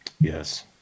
Yes